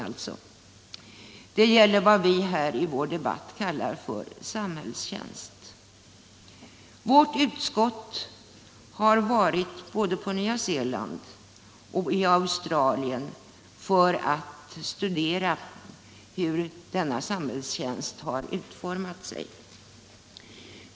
Det gäller vad vi här i vår debatt kallar samhällstjänst. Vårt utskott har varit både på Nya Zeeland och i Australien för att studera hur denna samhällstjänst har utformats.